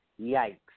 yikes